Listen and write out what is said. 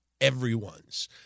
everyone's